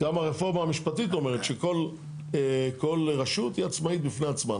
גם הרפורמה המשפטית אומרת שכל רשות היא עצמאית בפני עצמה,